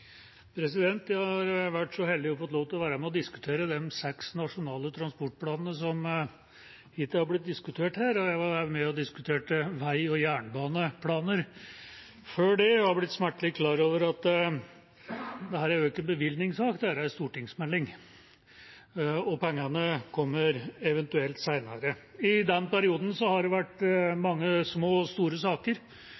Jeg har vært så heldig å få lov til å være med på å diskutere de siste fem–seks nasjonale transportplanene som hittil har blitt diskutert her. Jeg var også med og diskuterte vei- og jernbaneplaner før det, og har blitt smertelig klar over at dette ikke er en bevilgningssak – det er en stortingsmelding, og pengene kommer eventuelt senere. I den perioden har det vært